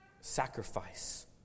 Sacrifice